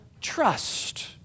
trust